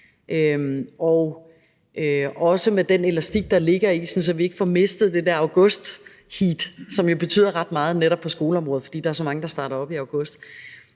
– også med den elastik, der ligger i det, så vi ikke mister det der augustheat, som betyder ret meget netop på skoleområdet, fordi der er så mange, der starter i august.